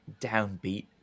downbeat